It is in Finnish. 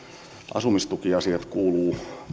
asumistukiasiat kuuluvat